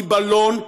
היא בלון,